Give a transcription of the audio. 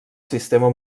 sistema